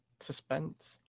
Suspense